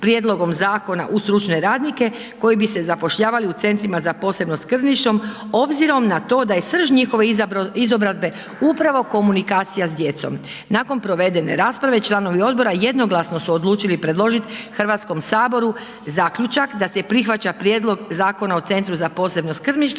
prijedlogom zakona u stručne radnike koji bi se zapošljavali u centrima za posebno skrbništvo, obzirom na to da je srž njihove izobrazbe upravo komunikacija s djecom. Nakon provede rasprave, članovi odbora jednoglasno su odlučili predložiti HS-u zaključak da se prihvaća Prijedlog zakona o Centru za posebno skrbništvo